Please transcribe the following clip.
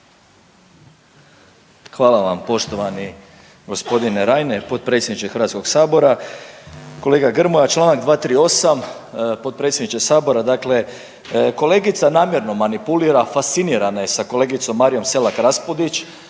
Hvala vam poštovani gospodine Reiner, potpredsjedniče Hrvatskog sabora. Kolega Grmoja, članak 238. Potpredsjedniče Sabora, dakle kolegica namjerno manipulira, fascinirana je sa kolegicom Marijom Selak-Raspudić.